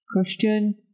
question